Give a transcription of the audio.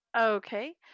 Okay